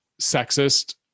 sexist